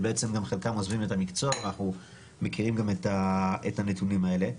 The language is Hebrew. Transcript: שבעצם חלקם גם עוזבים את המקצוע ואנחנו מכירים את הנתונים האלה.